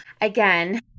again